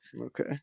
Okay